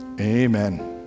Amen